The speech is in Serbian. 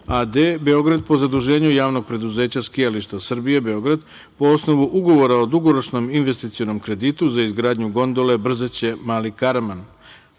Beograd po zaduženju Javnog preduzeća „Skijališta Srbije“ Beograd, po osnovu Ugovora o dugoročnom investicionom kreditu za izgradnju gondole Brzeće – Mali Karaman,